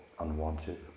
unwanted